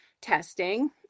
testing